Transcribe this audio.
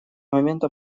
момента